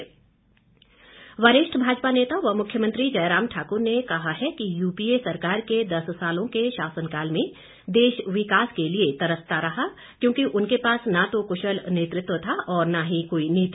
मुख्यमंत्री वरिष्ठ भाजपा नेता व मुख्यमंत्री जयराम ठाकुर ने कहा है कि यूपीए सरकार के दस सालों के शासनकाल में देश विकास के लिए तरसता रहा क्योंकि उनके पास न तो कुशल नेतृतव था और न ही कोई नीति